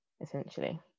essentially